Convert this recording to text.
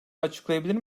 açıklayabilir